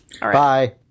Bye